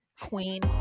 queen